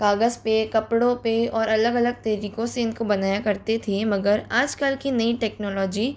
कागज पे कपड़ों पे और अलग अलग तरीकों से इनको बनाया करते थे मगर आजकल की नई टेक्नोलॉजी